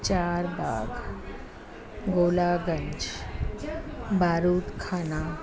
Charbagh Golaganj Barudkhana